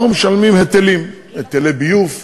אנחנו משלמים היטלים: היטלי ביוב,